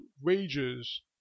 wages